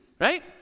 right